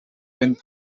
wind